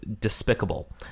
despicable